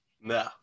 No